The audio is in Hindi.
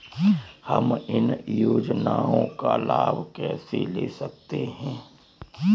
हम इन योजनाओं का लाभ कैसे ले सकते हैं?